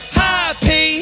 happy